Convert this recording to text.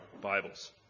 Bibles